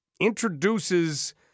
introduces